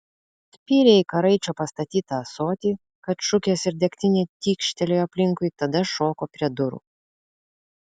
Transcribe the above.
spyrė į karaičio pastatytą ąsotį kad šukės ir degtinė tykštelėjo aplinkui tada šoko prie durų